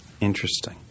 interesting